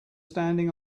standing